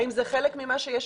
האם זה חלק ממה שיש?